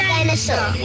Dinosaur